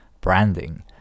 branding